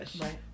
Right